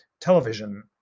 television